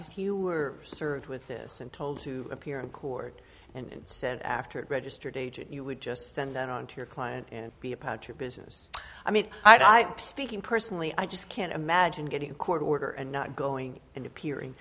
if you were served with this and told to appear in court and said after it registered agent you would just spend it on to your client be about your business i mean i don't i speaking personally i just can't imagine getting a court order and not going in appearing